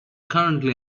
currently